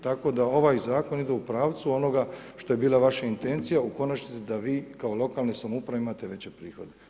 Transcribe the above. Tako da, ovaj zakon ide u pravcu onoga što je bila vaša intencija, u konačnici da vi kao lokalne samouprave imate veće prihode.